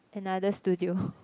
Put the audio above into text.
another studio